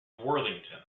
worthington